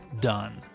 done